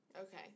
Okay